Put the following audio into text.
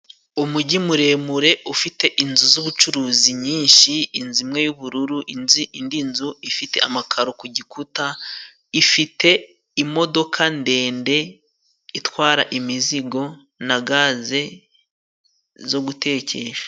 Umugi muremure ufite inzu z'ubucuruzi nyinshi, inzu imwe y'ubururu, inzi indi nzu ifite amakaro ku gikuta ifite imodoka ndende itwara imizigo na gaze zo gutekesha.